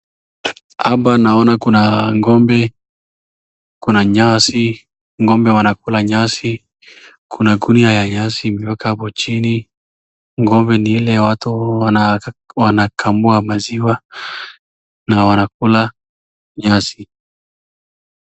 Hapa naona kuna ng'ombe. Kuna nyasi. Ng'ombe wanakula nyasi. Kuna gunia ya nyasi imewekwa hapo chini. Ng'ombe ni ile watu wanakamua maziwa na wanakula nyasi.